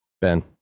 ben